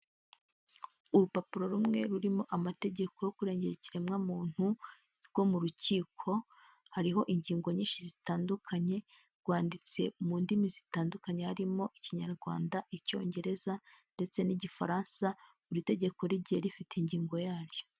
Urupapuro rumwe rurimo amategeko yo kurengera ikiremwamuntu rwo mu rukiko; hariho ingingo nyinshi zitandukanye rwanditse mu ndimi zitandukanye harimo: ikinyarwanda, icyongereza ndetse n'igifaransa; buri tegeko rigiye rifite ingingo yaryo.